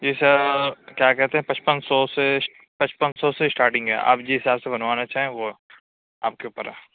جی sir کیا کہتے ہیں پچپن سو سے پچپن سو سے اسٹارٹنگ ہے آپ جس حساب سے بنوانا چاہیں وہ آپ کے اوپر ہے